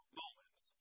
moments